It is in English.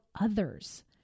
others